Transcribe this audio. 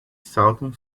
saltam